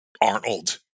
Arnold